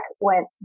went